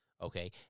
Okay